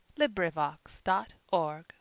LibriVox.org